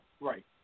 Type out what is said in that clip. Right